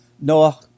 Noah